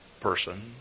person